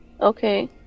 okay